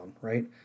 right